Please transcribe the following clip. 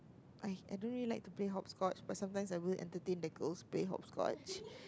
I I don't really like to play hopscotch but sometimes I would entertain the girls play hopscotch